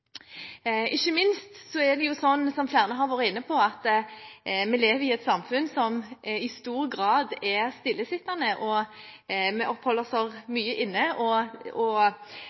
Ikke minst er det sånn, som flere har vært inne på, at vi lever i et samfunn der vi i stor grad er stillesittende. Vi oppholder oss mye inne, og